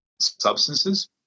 substances